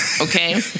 Okay